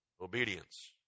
Obedience